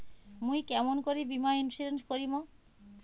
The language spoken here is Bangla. মুই কেমন করি বীমা ইন্সুরেন্স করিম?